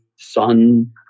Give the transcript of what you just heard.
Sun